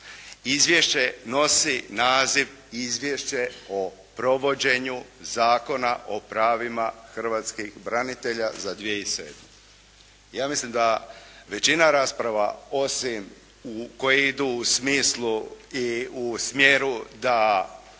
izvješće nosi naziv Izvješće o provođenju Zakona o pravima hrvatskih branitelja za 2007. Ja mislim da većina rasprava osim koje idu u smislu i u smjeru da